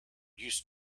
used